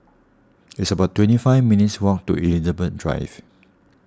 it's about twenty five minutes' walk to Elizabeth Drive